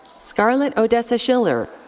scarlett odessa schiller.